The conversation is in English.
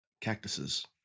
cactuses